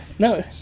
No